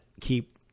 keep